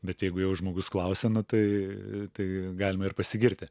bet jeigu jau žmogus klausia nu tai tai galima ir pasigirti